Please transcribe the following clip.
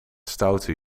stoute